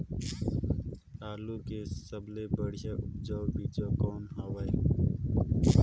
आलू के सबले बढ़िया उपजाऊ बीजा कौन हवय?